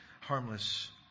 harmless